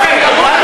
ממה